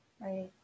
right